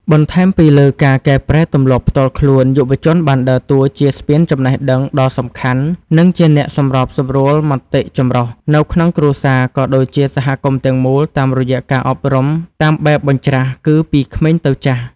បន្ថែមពីលើការកែប្រែទម្លាប់ផ្ទាល់ខ្លួន យុវជនបានដើរតួជា ស្ពានចំណេះដឹងដ៏សំខាន់ និងជាអ្នកសម្របសម្រួលមតិចម្រុះនៅក្នុងគ្រួសារ ក៏ដូចជាសហគមន៍ទាំងមូល តាមរយៈការអប់រំតាមបែបបញ្ច្រាសគឺពីក្មេងទៅចាស់។